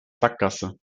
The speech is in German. sackgasse